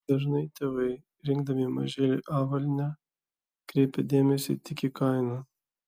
dažnai tėvai rinkdami mažyliui avalynę kreipia dėmesį tik į kainą